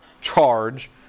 charge